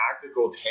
Tactical